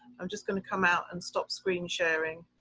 i'm just going to come out and stop screen sharing.